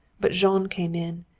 but jean came in,